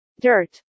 dirt